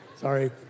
Sorry